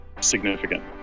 significant